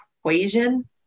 equation